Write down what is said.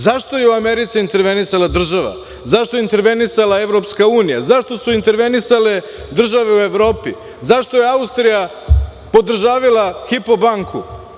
Zašto je u Americi intervenisala država, zašto je intervenisala EU, zašto su intervenisale države u Evropi, zašto je Austrija podržavila „Hipo banku“